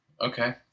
Okay